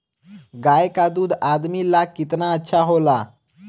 गाय का दूध आदमी ला कितना अच्छा होला?